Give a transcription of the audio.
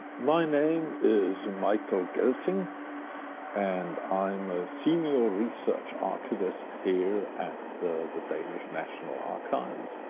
my name is michael gelting and i'm a senior research archivist here at the the danish national archives.